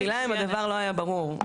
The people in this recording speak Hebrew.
מחילה אם הדבר לא היה ברור.